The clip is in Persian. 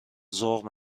ذوق